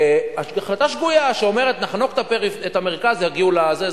החלטה שגויה שאומרת: נחנוק את המרכז, יגיעו לזה.